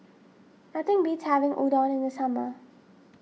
nothing beats having Udon in the summer